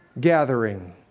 gathering